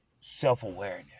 self-awareness